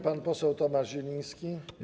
Pan poseł Tomasz Zieliński.